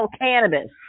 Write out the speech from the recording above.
cannabis